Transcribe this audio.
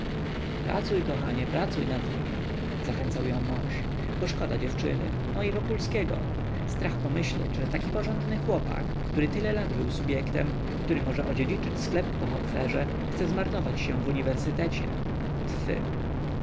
pracuj kochanie pracuj nad nim zachęcał ją mąż bo szkoda dziewczyny no i wokulskiego strach pomyśleć że taki porządny chłopak który tyle lat był subjektem który może odziedziczyć sklep po hopferze chce zmarnować się w uniwersytecie tfy